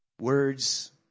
words